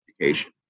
education